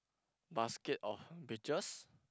basket of beaches